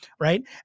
Right